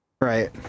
right